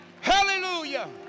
Hallelujah